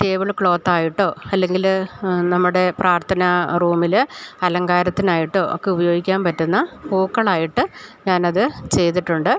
table ക്ലോത്തായിട്ടോ അല്ലെങ്കിൽ നമ്മുടെ പ്രാർത്ഥനാ റൂമിൽ അലങ്കാരത്തിനായിട്ടോ ഒക്കെ ഉപയോഗിക്കാൻ പറ്റുന്ന പൂക്കളായിട്ട് ഞാൻ അത് ചെയ്തിട്ടുണ്ട്